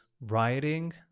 writing